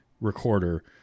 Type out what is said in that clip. recorder